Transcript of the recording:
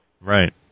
Right